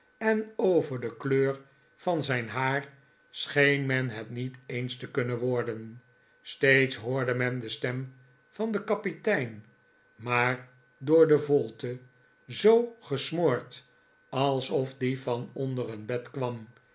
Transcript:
en over de kleur van zijn haar scheen men het niet eens te kunnen worden steeds hoorde men de stem van den kapitein maar door de volte zoo gesmoord alsof die van onder een bed kwam